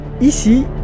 ici